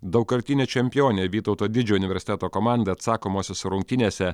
daugkartinė čempionė vytauto didžiojo universiteto komanda atsakomosiose rungtynėse